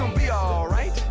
um be alright.